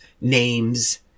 names